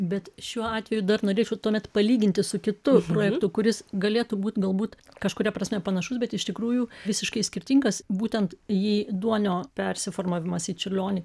bet šiuo atveju dar norėčiau tuomet palyginti su kitu projektu kuris galėtų būti galbūt kažkuria prasme panašus bet iš tikrųjų visiškai skirtingas būtent į duonio persiformavimas į čiurlionį